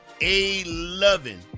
A-loving